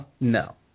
No